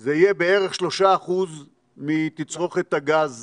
זה יהיה בערך 3% מתצרוכת הגז